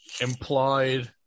implied